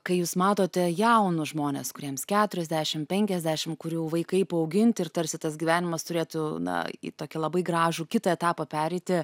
kai jūs matote jaunus žmones kuriems keturiasdešim penkiasdešim kurių vaikai paauginti ir tarsi tas gyvenimas turėtų na į tokį labai gražų kitą etapą pereiti